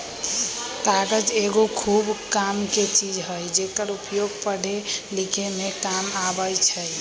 कागज एगो खूब कामके चीज हइ जेकर उपयोग पढ़े लिखे में काम अबइ छइ